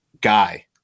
guy